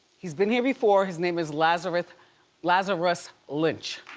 he's been here before, his name is lazarus lazarus lynch.